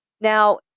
Now